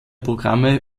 programme